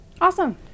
Awesome